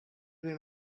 mir